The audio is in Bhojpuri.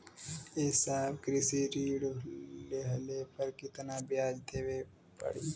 ए साहब कृषि ऋण लेहले पर कितना ब्याज देवे पणी?